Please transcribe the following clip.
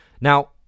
Now